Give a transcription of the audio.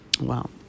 wow